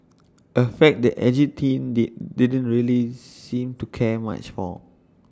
A fact that edgy teen did didn't really seem to care much for